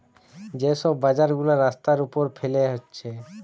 যে সব বাজার গুলা রাস্তার উপর ফেলে হচ্ছে